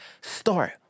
start